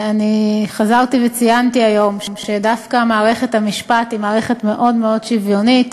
חזרתי וציינתי היום שדווקא מערכת המשפט היא מערכת מאוד מאוד שוויונית: